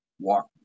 walk